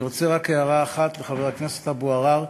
אני רוצה, רק הערה אחת לחבר הכנסת אבו עראר: